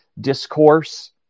discourse